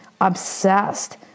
obsessed